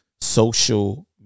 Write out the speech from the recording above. social